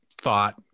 thought